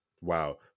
Wow